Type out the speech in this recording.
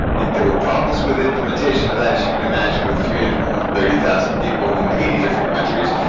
and there were problems with implementation of that as you can imagine with three hundred and thirty thousand people in eighty different countries,